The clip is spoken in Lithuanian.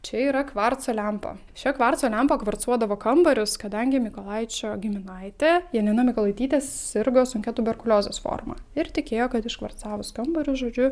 čia yra kvarco lempa šia kvarco lempa kvarcuodavo kambarius kadangi mykolaičio giminaitė janina mykolaitytė susirgo sunkia tuberkuliozės forma ir tikėjo kad iškvarcavus kambarius žodžiu